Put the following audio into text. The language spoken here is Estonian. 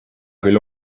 küll